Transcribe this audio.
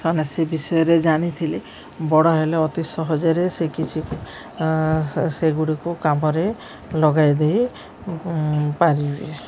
ମାନେ ସେ ବିଷୟରେ ଜାଣିଥିଲି ବଡ଼ ହେଲେ ଅତି ସହଜରେ ସେ କିଛି ସେଗୁଡ଼ିକୁ କାମରେ ଲଗାଇ ଦେଇ ପାରିବେ